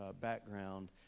background